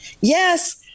Yes